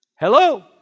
Hello